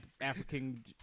African